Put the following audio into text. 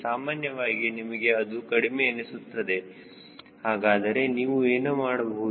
ಸಾಮಾನ್ಯವಾಗಿ ನಿಮಗೆ ಅದು ಕಡಿಮೆ ಎನಿಸುತ್ತದೆ ಹಾಗಾದರೆ ನೀವು ಏನು ಮಾಡಬಹುದು